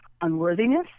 unworthiness